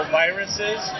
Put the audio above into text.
viruses